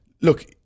look